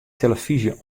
tillefyzje